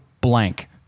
blank